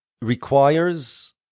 requires